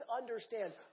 understand